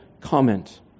comment